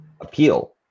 appeal